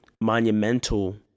monumental